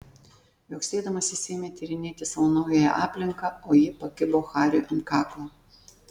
viauksėdamas jis ėmė tyrinėti savo naująją aplinką o ji pakibo hariui ant kaklo